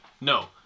no